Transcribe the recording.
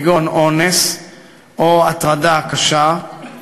כגון אונס או הטרדה קשה,